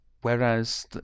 whereas